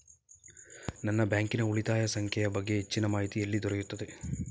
ನನ್ನ ಬ್ಯಾಂಕಿನ ಉಳಿತಾಯ ಸಂಖ್ಯೆಯ ಬಗ್ಗೆ ಹೆಚ್ಚಿನ ಮಾಹಿತಿ ಎಲ್ಲಿ ದೊರೆಯುತ್ತದೆ?